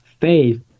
faith